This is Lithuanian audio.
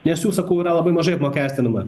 nes jų sakau yra labai mažai apmokestinama